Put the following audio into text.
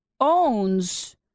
owns